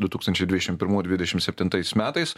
du tūkstančiai dvidešimt pirmų dvidešimt septintais metais